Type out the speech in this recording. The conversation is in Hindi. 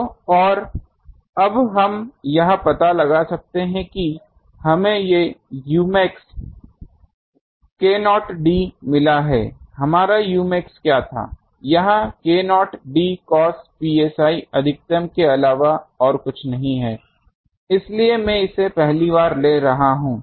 तो और अब हम यह पता लगा सकते हैं कि हमें ये umax k0 d मिला है हमारा umax क्या था यह k0 d cos psi अधिकतम के अलावा और कुछ नहीं है इसलिए मैं इसे पहली बार ले रहा हूं